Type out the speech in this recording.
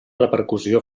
repercussió